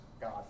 God